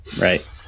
right